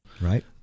Right